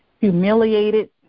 humiliated